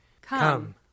Come